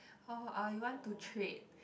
oh or you want to trade